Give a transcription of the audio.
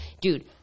Dude